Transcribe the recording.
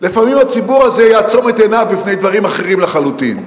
לפעמים הציבור הזה יעצום את עיניו לפני דברים אחרים לחלוטין.